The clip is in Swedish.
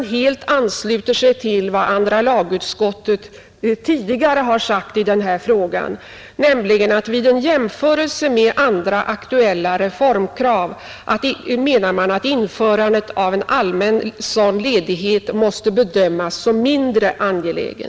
Utskottet ansluter sig helt till vad andra lagutskottet tidigare har uttalat i denna fråga, nämligen att införandet av en allmän sådan här ledighet vid en jämförelse med andra aktuella reformkrav måste bedömas som mindre angeläget.